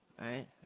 right